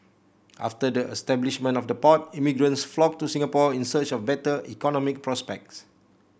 after the establishment of the port immigrants flocked to Singapore in search of better economic prospects